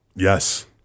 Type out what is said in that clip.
Yes